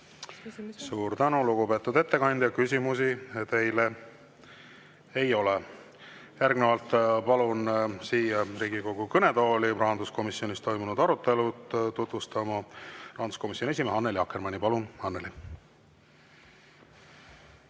Suur tänu, lugupeetud ettekandja! Küsimusi teile ei ole. Järgnevalt palun siia Riigikogu kõnetooli rahanduskomisjonis toimunud arutelu tutvustama rahanduskomisjoni esimehe Annely Akkermanni. Palun, Annely!